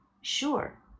Sure